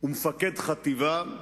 ומפקד חטיבה,